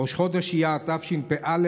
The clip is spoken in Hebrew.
ראש חודש אייר התשפ"א,